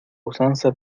usanza